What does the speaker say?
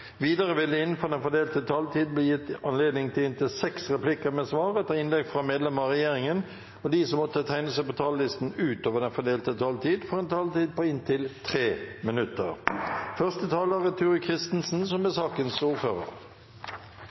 Videre vil det – innenfor den fordelte taletid – bli gitt anledning til inntil seks replikker med svar etter innlegg fra medlemmer av regjeringen, og de som måtte tegne seg på talerlisten utover den fordelte taletid, får også en taletid på inntil 3 minutter.